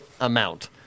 amount